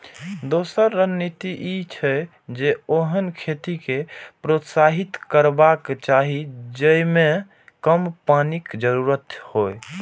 दोसर रणनीति ई छै, जे ओहन खेती कें प्रोत्साहित करबाक चाही जेइमे कम पानिक जरूरत हो